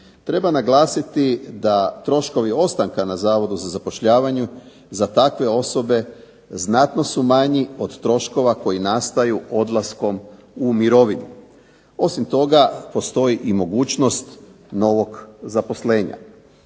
Treba naglasiti da troškovi ostanka na Zavodu za zapošljavanje za takve osobe znatno su manji od troškova koji nastaju odlaskom u mirovinu. Osim toga postoji i mogućnost novog zaposlenja.